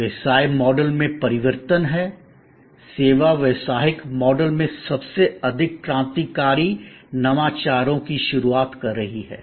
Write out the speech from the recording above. व्यवसाय मॉडल में परिवर्तन हैं सेवा व्यावसायिक मॉडल में सबसे अधिक क्रांतिकारी नवाचारों की शुरुआत कर रही है